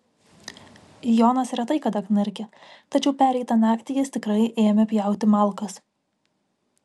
jonas retai kada knarkia tačiau pereitą naktį jis tikrai ėmė pjauti malkas